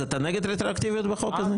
אז אתה נגד רטרואקטיביות בחוק הזה?